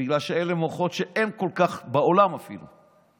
בגלל שאלו מוחות שאין כל כך בעולם, אפילו.